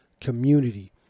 community